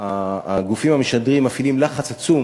שהגופים המשדרים מפעילים לחץ עצום